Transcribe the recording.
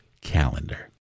calendar